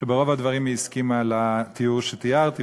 ברוב הדברים היא הסכימה לתיאור שתיארתי,